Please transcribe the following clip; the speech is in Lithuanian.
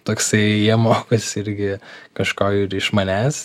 toksai jie mokosi irgi kažko ir iš manęs